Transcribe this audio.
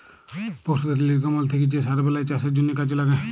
পশুদের লির্গমল থ্যাকে যে সার বেলায় চাষের জ্যনহে কাজে ল্যাগে